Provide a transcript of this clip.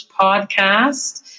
podcast